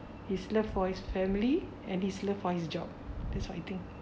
his love for his family and his love for his job that's what I think